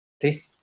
please